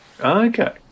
okay